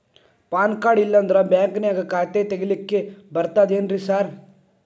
PAN card ಇಲ್ಲಂದ್ರ ಬ್ಯಾಂಕಿನ್ಯಾಗ ಖಾತೆ ತೆಗೆಲಿಕ್ಕಿ ಬರ್ತಾದೇನ್ರಿ ಸಾರ್?